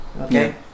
okay